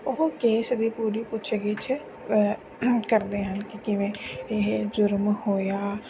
ਉਹ ਕੇਸ ਦੀ ਪੂਰੀ ਪੁੱਛ ਗਿਛ ਕਰਦੇ ਹਨ ਕਿ ਕਿਵੇਂ ਇਹ ਜ਼ੁਰਮ ਹੋਇਆ